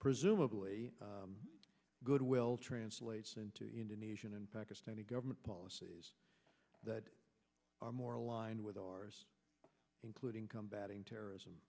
presumably goodwill translates into indonesian and pakistani government policies that are more aligned with our including combat in terrorism